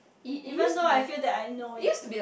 even know I feel that I know it